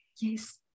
Yes